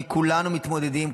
כי כולנו מתמודדים,